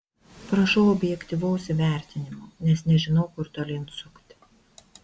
prašau objektyvaus įvertinimo nes nežinau kur tolyn sukti